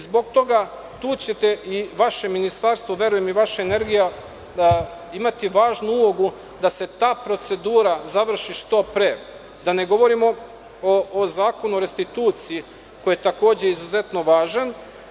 Zbog toga tu će vaše ministarstvo, verujem i vaša energija imati važnu ulogu da se ta procedura završi što pre, da ne govorimo o Zakonu o restituciji koji je takođe izuzetno važan.